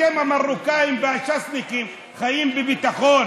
אתם המרוקאים והש"סניקים חיים בביטחון,